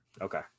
Okay